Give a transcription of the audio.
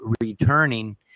returning